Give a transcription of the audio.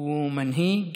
הוא מנהיג,